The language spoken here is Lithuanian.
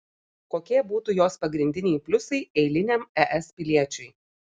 kokie būtų jos pagrindiniai pliusai eiliniam es piliečiui